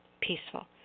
peaceful